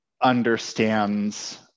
understands